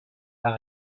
pas